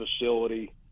facility